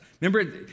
Remember